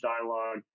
dialogue